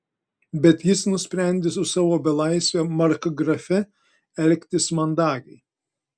bet jis nusprendė su savo belaisve markgrafe elgtis mandagiai